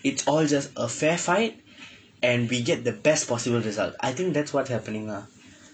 it's all just a fair fight and we get the best possible result I think that's what's happening lah